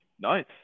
Nice